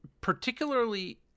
particularly